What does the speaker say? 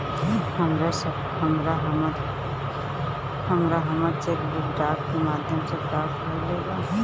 हमरा हमर cheque book डाक के माध्यम से प्राप्त भईल बा